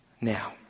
Now